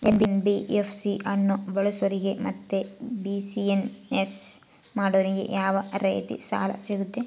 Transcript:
NBFC ಅನ್ನು ಬಳಸೋರಿಗೆ ಮತ್ತೆ ಬಿಸಿನೆಸ್ ಮಾಡೋರಿಗೆ ಯಾವ ರೇತಿ ಸಾಲ ಸಿಗುತ್ತೆ?